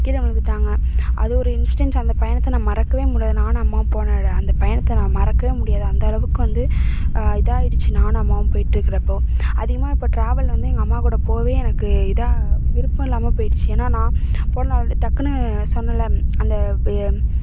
கீழே விழுந்துட்டாங்க அது ஒரு இன்ஸிடெண்ட்ஸ் அந்த பயணத்தை நான் மறக்கவே முடியாது நானும் அம்மாவும் போன அந்த பயணத்தை நான் மறக்கவே முடியாது அந்த அளவுக்கு வந்து இதாக ஆகிடுச்சி நானும் அம்மாவும் போயிட்டு இருக்கிறப்போ அதிகமாக இப்போது ட்ராவல் வந்து எங்கள் அம்மா கூட போகவே எனக்கு இதாக விருப்பம் இல்லாமல் போயிடுத்து ஏன்னால் நான் போனேனாலே டக்குன்னு சொன்னேனில்ல அந்த